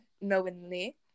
knowingly